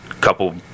couple